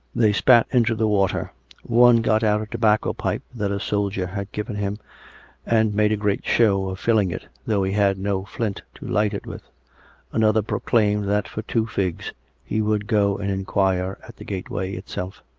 they spat into the water one got out a tobacco pipe that a soldier had given him and made a great show of filling it, though he had no flint to light it with another proclaimed that for two figs he would go and inquire at the gateway itself.